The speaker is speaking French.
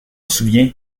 souvient